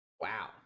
wow